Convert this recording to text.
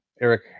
Eric